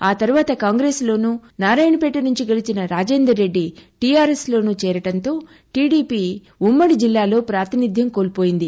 ఆ తర్వాత కాంగ్రెస్లోనూ నారాయణపేట నుంచి గెలిచిన రాజేందర్రెడ్డి టీఆర్ఎస్లోనూ చేరడంతో టీడిపి ఉమ్నడి జిల్లాలో పాతినిధ్యం కోల్పోయింది